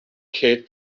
kate